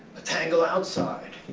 a tangle outside.